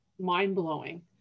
mind-blowing